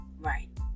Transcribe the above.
Right